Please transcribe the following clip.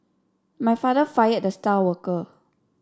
my father fired the star worker